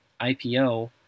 IPO